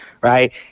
right